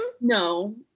no